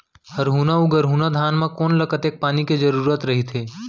हरहुना अऊ गरहुना धान म कोन ला कतेक पानी के जरूरत रहिथे?